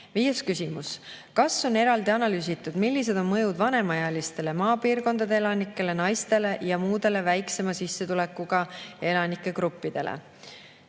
piiri. Viies küsimus: "Kas on eraldi analüüsitud, millised on mõjud vanemaealistele, maapiirkondade elanikele, naistele jm väiksema sissetulekuga elanike gruppidele?"